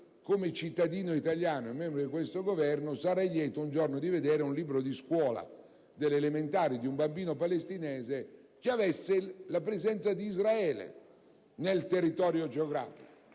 come cittadino italiano e membro di questo Governo sarei lieto un giorno di vedere un libro di scuola delle elementari di un bambino palestinese che riportasse la presenza di Israele nel territorio geografico.